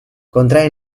contrae